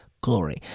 glory